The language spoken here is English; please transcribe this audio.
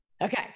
Okay